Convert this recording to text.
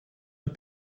een